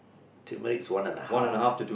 tumeric is one and a half